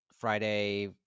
Friday